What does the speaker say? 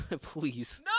Please